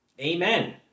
Amen